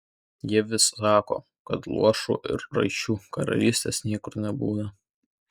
jie vis sako kad luošų ir raišų karalystės niekur nebūna